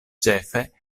ĉefe